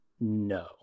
no